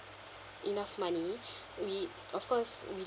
enough money we of course we